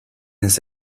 his